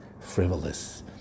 frivolous